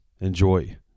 enjoy